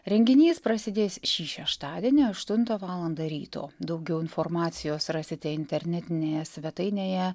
renginys prasidės šį šeštadienį aštuntą valandą ryto daugiau informacijos rasite internetinėje svetainėje